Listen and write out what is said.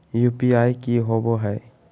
UPI की होबो है?